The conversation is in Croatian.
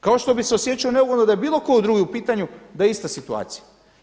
Kao što bih se osjećao neugodno da je bilo tko drugi u pitanju da je ista situacija.